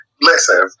Listen